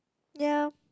ya